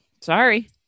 sorry